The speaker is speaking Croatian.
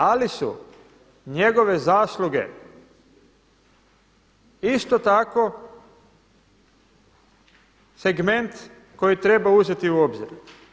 Ali su njegove zasluge isto tako segment koji treba uzeti u obzir.